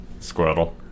Squirtle